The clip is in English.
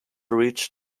reached